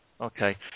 okay